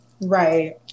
Right